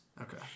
Okay